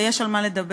ויש על מה לדבר,